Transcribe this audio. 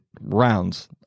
rounds